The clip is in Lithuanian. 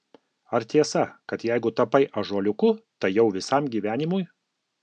ar tiesa kad jeigu tapai ąžuoliuku tai jau visam gyvenimui